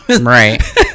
right